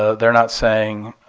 they're not saying